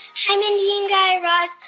hi, mindy and guy raz.